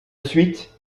suite